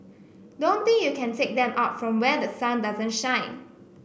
don't think you can take them out from where the sun doesn't shine